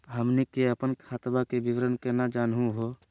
हमनी के अपन खतवा के विवरण केना जानहु हो?